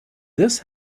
this